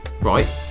right